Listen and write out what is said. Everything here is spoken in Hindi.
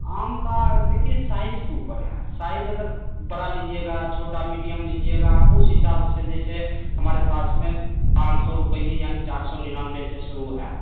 आम का देखिए साइज के ऊपर है साइज अगर बड़ा लीजिएगा छोटा मीडियम लीजिएगा उस हिसाब से जैसे हमारे पास में पाँच सौ रुपये यानी चार सौ निन्यानवे से शुरू है